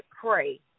pray